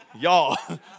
y'all